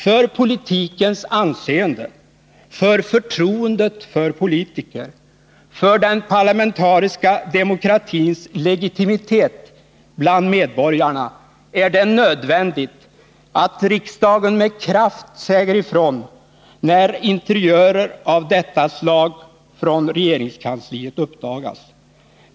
För politikens anseende, för förtroendet för politikerna, för den parlamentariska demokratins legitimitet bland medborgarna är det nödvändigt att riksdagen med kraft säger ifrån när interiörer av detta slag från regeringskansliet uppdagas.